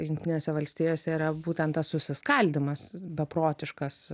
jungtinėse valstijose yra būtent tas susiskaldymas beprotiškas